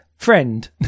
friend